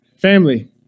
Family